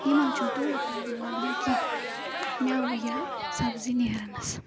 یِمَن چھُنہٕ تیوٗت ٹایم لَگان کیٚنٛہہ مٮ۪وٕ یا سَبزی نیرنَس